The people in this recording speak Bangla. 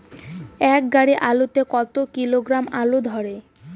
এক গাড়ি আলু তে কত কিলোগ্রাম আলু ধরে?